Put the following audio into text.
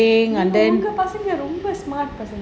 உங்க பசங்க ரொம்ப பசங்க:unga pasanga romba pasanga